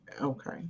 Okay